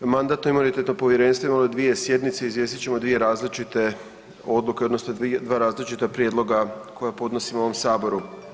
Mandatno-imunitetno povjerenstvo imalo je dvije sjednice, izvijestit ćemo o dvije različite odluke odnosno dva različita prijedloga koja podnosimo ovom Saboru.